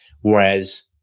Whereas